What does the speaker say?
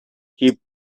keep